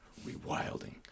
Rewilding